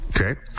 Okay